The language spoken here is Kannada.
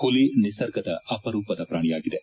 ಹುಲಿ ನಿಸರ್ಗದ ಅಪರೂಪದ ಪ್ರಾಣಿಯಾಗಿದೆ